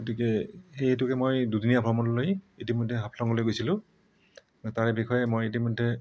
গতিকে সেইটোকে মই দুদিনীয়া ভ্ৰমণ লৈ ইতিমধ্য়ে হাফলঙলৈ গৈছিলোঁ তাৰে বিষয়ে মই ইতিমধ্যে